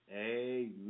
Amen